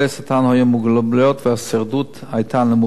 היו מוגבלות וההישרדות היתה נמוכה,